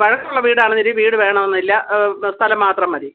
പഴക്കമുള്ള വീട് ആണെങ്കിൽ വീട് വേണമെന്നില്ല സ്ഥലം മാത്രം മതി